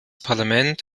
parlament